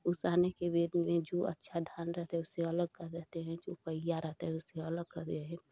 उसाने के बाद में जो अच्छा धान रहता है उसे अलग कर देते हैं जो बईया रहता है उसे अलग कर दे रहे हैं